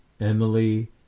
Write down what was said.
Emily